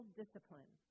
discipline